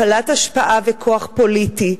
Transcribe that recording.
הפעלת השפעה וכוח פוליטי.